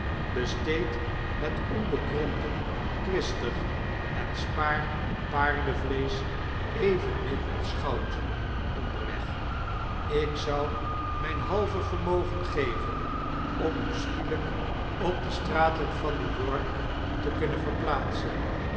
besteed het onbekrompen kwistig en spaar paardevleesch evenmin als goud onderweg ik zou myn halve vermogen geven om u schielijk op de straten van n e w-y o r k te kunnen verplaatsen